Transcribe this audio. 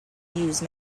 use